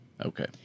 Okay